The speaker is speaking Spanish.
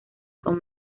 con